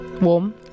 Warm